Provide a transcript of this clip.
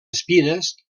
espines